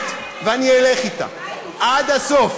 אני אומר את האמת, ואני אלך אתה עד הסוף.